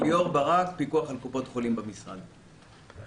ליאור ברק, פיקוח על קופות חולים, משרד הבריאות.